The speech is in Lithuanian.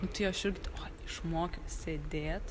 nu tai aš irgi tai oi išmokiau sėdėt